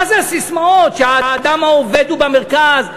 מה זה הססמאות שהאדם העובד הוא במרכז,